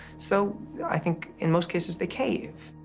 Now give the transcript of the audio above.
so i think in most cases they cave.